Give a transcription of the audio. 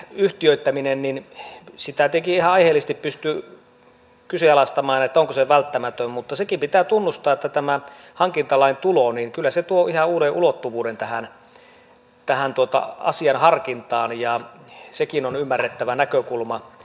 yhtiötä niin tätä yhtiöittämistä tietenkin ihan aiheellisesti pystyy kyseenalaistamaan että onko se välttämätön mutta sekin pitää tunnustaa että tämä hankintalain tulo kyllä tuo ihan uuden ulottuvuuden tähän asian harkintaan ja sekin on ymmärrettävä näkökulma